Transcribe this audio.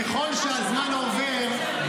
ככל שהזמן עובר,